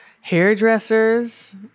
hairdressers